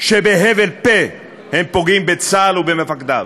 כשבהבל פה הם פוגעים בצה"ל ובמפקדיו.